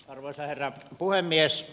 arvoisa herra puhemies